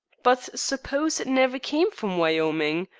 but suppose it never came from wyoming.